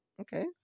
Okay